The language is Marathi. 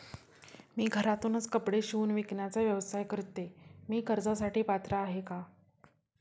मी घरातूनच कपडे शिवून विकण्याचा व्यवसाय करते, मी कर्जासाठी पात्र आहे का?